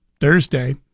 Thursday